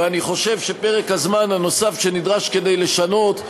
ואני חושב שפרק הזמן הנוסף שנדרש כדי לשנות,